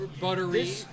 buttery